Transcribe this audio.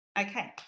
Okay